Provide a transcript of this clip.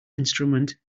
instrument